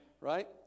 Right